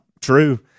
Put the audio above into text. true